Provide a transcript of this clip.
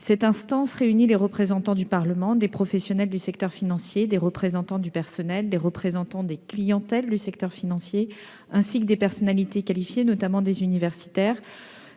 Cette instance réunit des représentants du Parlement, des professionnels du secteur financier, des représentants du personnel et des représentants des clientèles du secteur financier, ainsi que des personnalités qualifiées, notamment des universitaires.